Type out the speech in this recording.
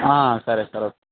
సరే sir okay